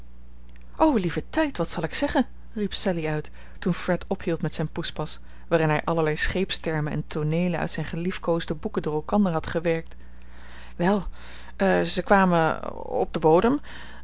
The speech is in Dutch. waar o lieve tijd wat zal ik zeggen riep sallie uit toen fred ophield met zijn poespas waarin hij allerlei scheepstermen en tooneelen uit zijn geliefkoosde boeken door elkander had gewerkt wel zij kwamen op den bodem